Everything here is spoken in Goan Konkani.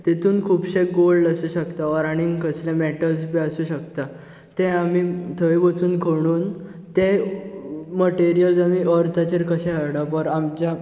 तेतून खूबशें गोल्ड आसूं शकता और आनीक कसलें मॅटल्स बी आसूं शकता ते आमी थंय वचून खणून ते मटेरियल्झ आमी अर्ताचेर कशें हाडप और आमच्या